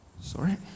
Sorry